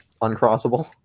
uncrossable